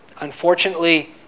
Unfortunately